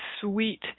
sweet